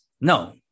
No